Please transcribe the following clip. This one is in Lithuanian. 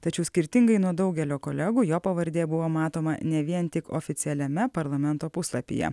tačiau skirtingai nuo daugelio kolegų jo pavardė buvo matoma ne vien tik oficialiame parlamento puslapyje